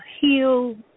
heal